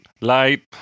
light